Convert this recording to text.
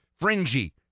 fringy